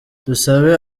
dusabe